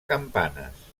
campanes